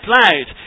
loud